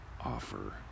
offer